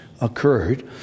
occurred